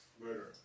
Murder